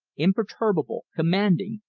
imperturbable, commanding,